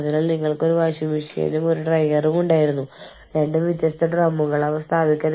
അതിനാൽ നിങ്ങളുടെ കുട്ടിയെ ഒരു സ്വകാര്യ സ്കൂളിൽ അയയ്ക്കാൻ നിങ്ങൾ തീരുമാനിക്കുന്നു